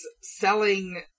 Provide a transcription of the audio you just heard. selling